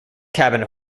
cabin